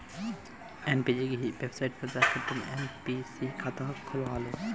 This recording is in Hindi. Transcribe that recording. एन.पी.एस की वेबसाईट पर जाकर तुम एन.पी.एस खाता खुलवा लो